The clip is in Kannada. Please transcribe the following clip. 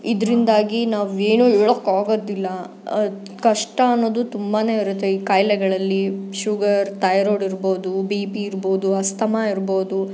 ಇದರಿಂದಾಗಿ ನಾವು ಏನೂ ಹೇಳೊಕ್ಕಾಗದಿಲ್ಲ ಕಷ್ಟ ಅನ್ನೋದು ತುಂಬಾ ಇರುತ್ತೆ ಈ ಖಾಯಿಲೆಗಳಲ್ಲಿ ಶುಗರ್ ಥೈರಾಡ್ ಇರ್ಬೋದು ಬಿ ಪಿ ಇರ್ಬೋದು ಅಸ್ತಮ ಇರ್ಬೌದು